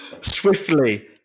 Swiftly